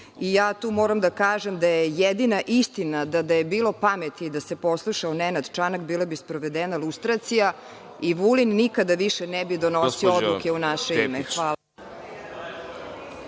Ja tu moram da kažem da je jedina istina to da je bilo pameti da se poslušao Nenad Čanka bila bi sprovedena lustracija i Vulin nikada više ne bi donosio odluke u naše ime. Hvala.